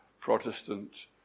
Protestant